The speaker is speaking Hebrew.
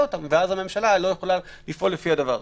אותן ואז הממשלה לא תוכל לפעול לפיהן.